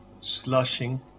slushing